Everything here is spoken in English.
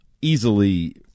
easily